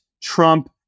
Trump